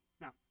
now